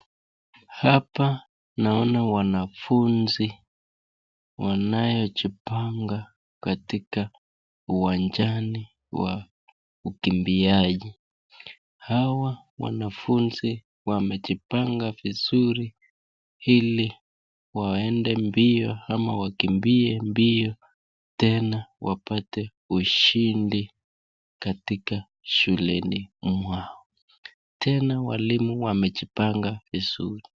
Hapa ninaona wanafunzi wanayojipanga katika uwajani wa ukimbiaji, hawa wanafunzi wamejipanga vizuri ili waende mbio ama wakimbie mbio tena wapate ushindi katika shuleni mwao, tena walimu wamejipanga vizuri.